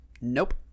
nope